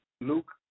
Luke